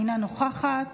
אינה נוכחת.